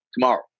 tomorrow